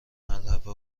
ملحفه